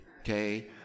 Okay